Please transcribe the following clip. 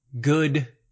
good